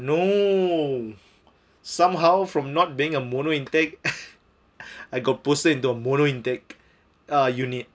no somehow from not being a mono intake I got pushed into a mono intake uh unit